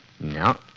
No